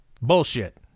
Bullshit